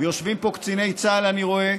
ויושבים פה קציני צה"ל, אני רואה,